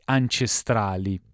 ancestrali